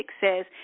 says